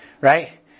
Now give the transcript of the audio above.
right